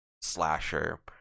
slasher